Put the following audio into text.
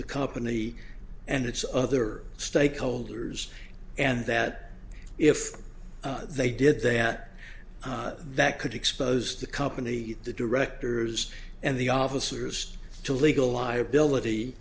the company and its other stakeholders and that if they did that that could expose the company the directors and the officers to legal liability